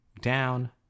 down